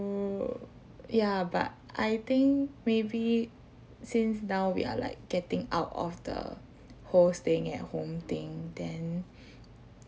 ya but I think maybe since now we are like getting out of the whole staying at home thing then